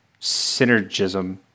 synergism